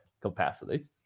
capacity